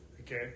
Okay